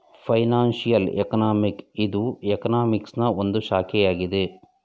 financial economics ಇದು ಎಕನಾಮಿಕ್ಸನಾ ಒಂದು ಶಾಖೆಯಾಗಿದೆ